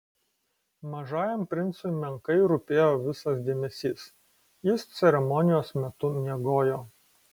mažajam princui menkai rūpėjo visas dėmesys jis ceremonijos metu miegojo